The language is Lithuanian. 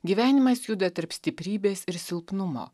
gyvenimas juda tarp stiprybės ir silpnumo